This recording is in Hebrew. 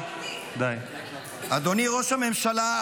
אדוני ראש הממשלה,